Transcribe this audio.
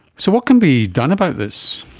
so what can be done about this?